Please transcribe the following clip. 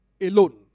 alone